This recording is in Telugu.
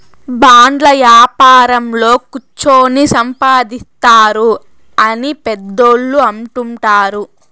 బాండ్ల యాపారంలో కుచ్చోని సంపాదిత్తారు అని పెద్దోళ్ళు అంటుంటారు